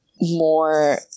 more